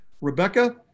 Rebecca